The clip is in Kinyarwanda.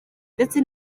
ndetse